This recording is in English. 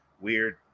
weird